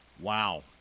wow